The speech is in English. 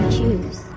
choose